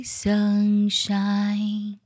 sunshine